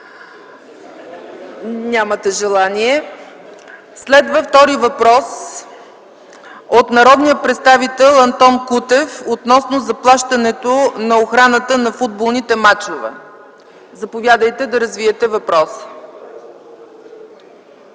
Нямате желание. Следва втори въпрос от народния представител Антон Кутев относно заплащането на охраната на футболните мачове. Заповядайте да развиете въпроса.